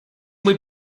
muy